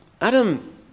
Adam